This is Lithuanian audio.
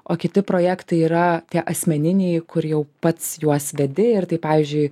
o kiti projektai yra tie asmeniniai kur jau pats juos vedi ar tai pavyzdžiui